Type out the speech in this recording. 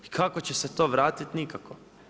I kako će se to vratiti, nikako.